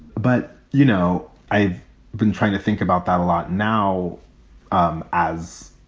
but, you know, i've been trying to think about that a lot now um as